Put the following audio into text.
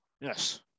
Yes